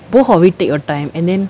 both are we take your time and then